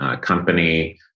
company